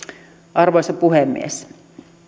arvoisa puhemies